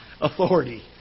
authority